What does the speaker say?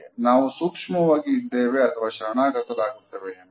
ನಾವು ಸೂಕ್ಷ್ಮವಾಗಿ ಇದ್ದೇವೆ ಅಥವಾ ಶರಣಾಗತರಾಗುತ್ತೇವೆ ಎಂಬ ಅರ್ಥ